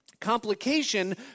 complication